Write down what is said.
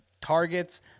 targets